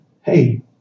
Hey